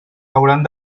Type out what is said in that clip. hauran